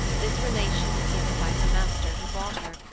this relation is given by her master who bought her,